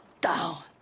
down